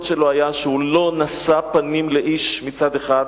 שלו היה שהוא לא נשא פנים לאיש מצד אחד,